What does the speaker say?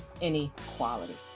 inequality